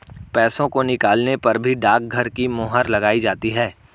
पैसों को निकालने पर भी डाकघर की मोहर लगाई जाती है